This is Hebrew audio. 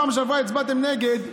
בפעם שעברה הצבעתם נגד,